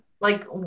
like-